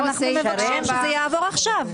אנחנו מבקשים שזה יעבור עכשיו.